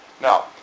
Now